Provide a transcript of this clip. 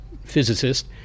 Physicist